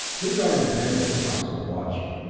these aren't intended for constant watching.